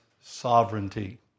sovereignty